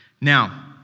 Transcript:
Now